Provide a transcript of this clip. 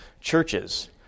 churches